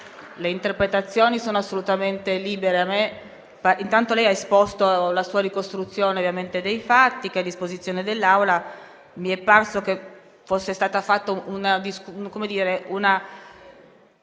le interpretazioni sono assolutamente libere. Intanto lei ha esposto la sua ricostruzione dei fatti, che è a disposizione dell'Assemblea. Mi è parso che fosse stata fatta una